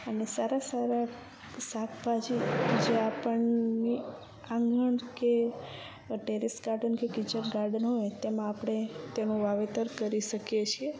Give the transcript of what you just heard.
અને સારા સારા શાકભાજી જે આપણને આંગણ કે ટેરેસ ગાર્ડન કે કિચન ગાર્ડન હોય તેમાં આપણે તેનું વાવેતર કરી શકીએ છીએ